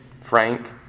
Frank